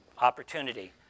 opportunity